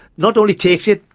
not only takes it,